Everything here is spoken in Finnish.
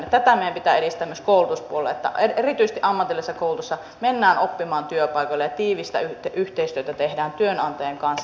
tätä meidän pitää edistää myös koulutuspuolella että erityisesti ammatillisessa koulutuksessa mennään oppimaan työpaikoille ja tehdään tiivistä yhteistyötä työnantajien kanssa